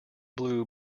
blue